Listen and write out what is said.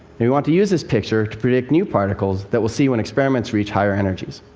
and we want to use this picture to predict new particles that we'll see when experiments reach higher energies.